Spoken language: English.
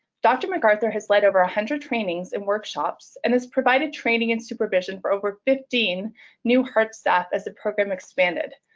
dr. mcarthur has led over a hundred trainings and workshops and has provided training in supervision for over fifteen new heart staff as the program expanded.